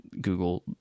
Google